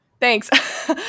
Thanks